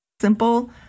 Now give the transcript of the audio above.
Simple